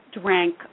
drank